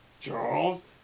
Charles